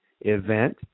event